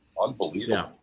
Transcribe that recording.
unbelievable